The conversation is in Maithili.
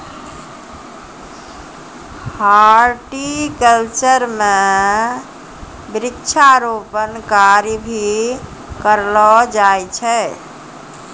हॉर्टिकल्चर म वृक्षारोपण कार्य भी करलो जाय छै